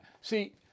See